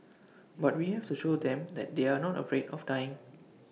but we have to show them that they are not afraid of dying